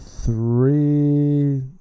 three